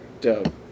dope